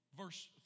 Verse